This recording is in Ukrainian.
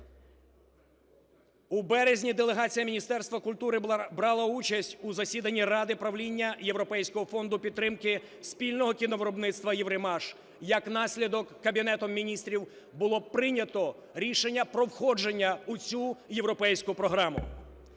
У березні делегація Міністерства культури брала участь у засіданні Ради правління Європейського фонду підтримки спільного кіновиробництва "Єврімаж". Як наслідок, Кабінетом Міністрів було прийнято рішення про входження у цю європейську програму.